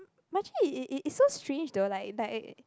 but actually it it it's so strange though like like